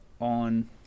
on